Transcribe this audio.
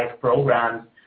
programs